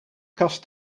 kast